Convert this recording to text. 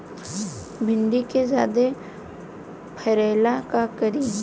भिंडी के ज्यादा फरेला का करी?